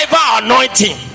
anointing